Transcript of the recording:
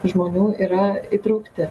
žmonių yra įtraukti